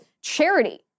charity